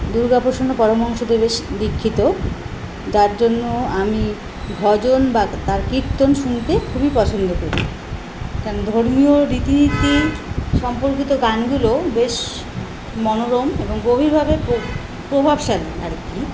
দুর্গা প্রসন্ন পরমহংস দেবের শ্রী দীক্ষিত যার জন্য আমি ভজন বা তার কীর্তন শুনতে খুবই পছন্দ করি কেন ধর্মীয় রীতি নীতি সম্পর্কিত গানগুলো বেশ মনোরম এবং গভীরভাবে প্রভাব প্রভাবশালী আর কি